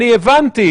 אני הבנתי.